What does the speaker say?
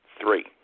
Three